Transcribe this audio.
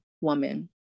woman